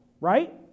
right